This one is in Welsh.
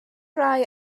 rhai